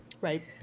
Right